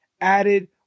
added